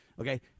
Okay